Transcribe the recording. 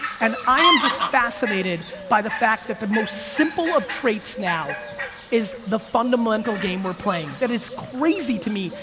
and i am just fascinated by the fact that that the most simple of traits now is the fundamental game we're playing, that is crazy to me,